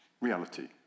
reality